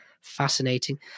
fascinating